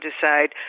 decide